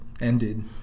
ended